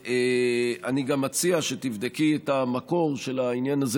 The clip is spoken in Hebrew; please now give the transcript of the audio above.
אני גם מציע שתבדקי את המקור של העניין הזה,